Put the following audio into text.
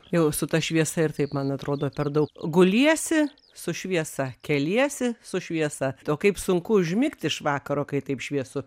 jau su ta šviesa ir taip man atrodo per daug guliesi su šviesa keliesi su šviesa o kaip sunku užmigti iš vakaro kai taip šviesu